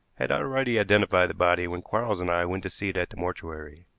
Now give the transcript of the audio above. had already identified the body when quarles and i went to see it at the mortuary.